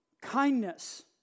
Kindness